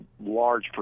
large